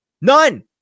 None